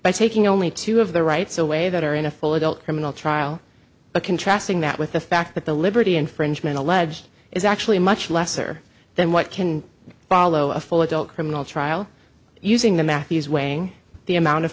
by taking only two of the rights away that are in a full adult criminal trial but contrasting that with the fact that the liberty infringement alleged is actually much lesser than what can follow a full adult criminal trial using the matthews weighing the amount of